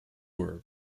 were